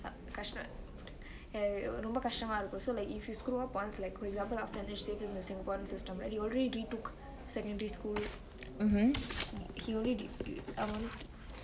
கஷ்ட்ட ரொம்ப கஷ்ட்டமா இருக்கு:kashte rombe kashtemaa irukku also if like you screw up once like for example in the singaporean system like he already retook secondary school he already um